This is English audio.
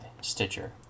Stitcher